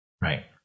Right